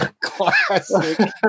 Classic